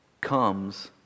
comes